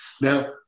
Now